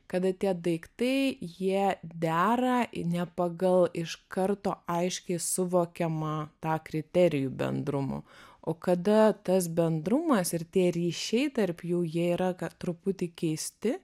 kada tie daiktai jie dera į ne pagal iš karto aiškiai suvokiamą tą kriterijų bendrumų o kada tas bendrumas ir tie ryšiai tarp jų jie yra ka truputį keisti